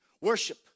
Worship